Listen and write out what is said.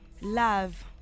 Love